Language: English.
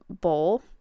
bowl